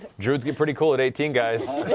druids get pretty cool at eighteen, guys.